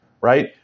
right